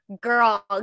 girl